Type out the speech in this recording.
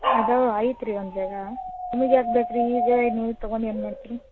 ಅದು ಐತ್ರಿ ಒಂದು ಜಾಗ ನಿಮಗೆ ಯಾಕೆ ಬೇಕು ರೀ ಈಗ ನೀವು ತೊಗೊಂಡ್ ಏನು ಮಾಡ್ತೀರಿ